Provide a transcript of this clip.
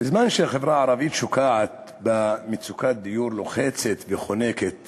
בזמן שהחברה הערבית שוקעת במצוקת דיור לוחצת וחונקת